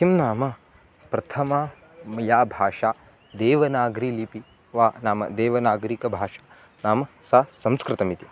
किं नाम प्रथमं म् या भाषा देवनागरिलिपि वा नाम देवनागरिकभाषा नाम सा संस्कृतमिति